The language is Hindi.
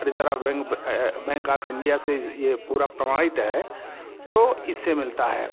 रीजरा बैंक बैंक आफ इंडिया से ये पूरा प्रमाणित है तो इससे मिलता है